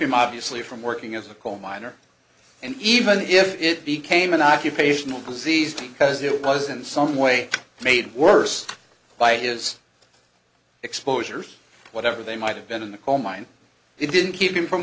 sleeve from working as a coal miner and even if it became an occupational disease because it was in some way made worse by it is exposure whatever they might have been in the coal mine it didn't keep him from